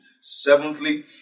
Seventhly